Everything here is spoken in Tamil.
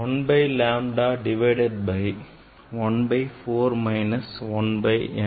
1 by lambda divided by 1 by 4 minus 1 by n square